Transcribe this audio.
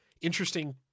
interesting